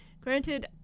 Granted